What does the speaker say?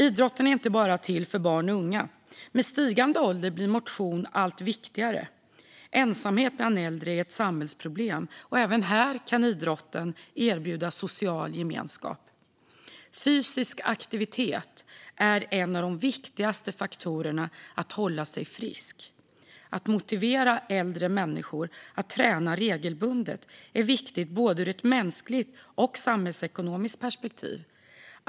Idrotten är inte bara till för barn och unga. Med stigande ålder blir motion allt viktigare. Ensamhet bland äldre är ett samhällsproblem. Även här kan idrotten erbjuda social gemenskap. Fysisk aktivitet är en av de viktigaste faktorerna för att hålla sig frisk. Att motivera äldre människor att träna regelbundet är viktigt ur både ett mänskligt och ett samhällsekonomiskt perspektiv.